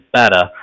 better